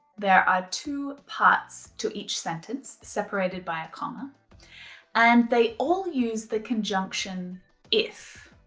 there are two parts to each sentence separated by a comma and they all use the conjunction if.